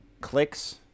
clicks